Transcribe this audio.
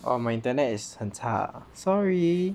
orh my internet is 很差 sorry